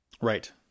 Right